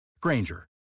Granger